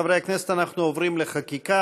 חברי הכנסת, אנחנו עוברים לחקיקה.